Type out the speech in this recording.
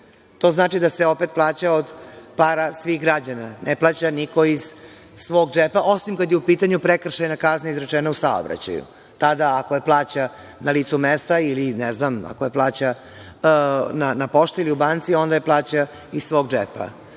To znači da se opet plaća od para svih građana. Ne plaća niko iz svog džepa, osim kad je u pitanju prekršajna kazna izrečena u saobraćaju. Tada ako je plaća na licu mesta ili ne znam, ako je plaća na pošti ili u banci, onda je plaća iz svog džepa.